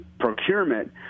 procurement